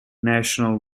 national